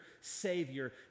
Savior